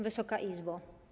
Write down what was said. Wysoka Izbo!